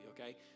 okay